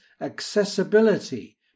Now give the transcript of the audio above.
accessibility